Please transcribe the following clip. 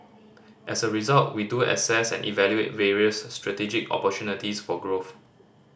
as a result we do assess and evaluate various strategic opportunities for growth